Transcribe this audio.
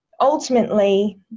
ultimately